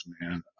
man